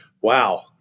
Wow